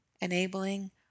enabling